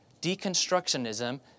deconstructionism